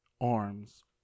arms